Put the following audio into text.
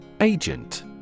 Agent